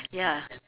ya